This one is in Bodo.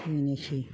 बेनोसै